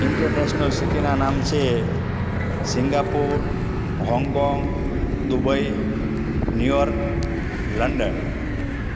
international સિટીનાં નામ છે Singapore Hong Kong Dubai New York London